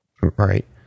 Right